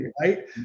right